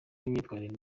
n’imyitwarire